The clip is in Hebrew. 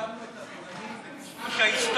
הרגע האשמנו את הפולנים, ההיסטוריה.